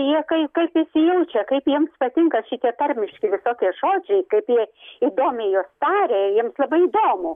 jie kaip kaip įsijaučia kaip jiems patinka šitie tarmiški visokie žodžiai kaip jie įdomiai juos taria jiems labai įdomu